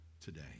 today